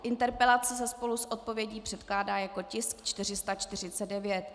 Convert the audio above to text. Interpelace se spolu s odpovědí předkládá jako tisk 449.